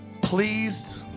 pleased